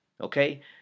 Okay